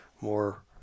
more